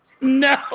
No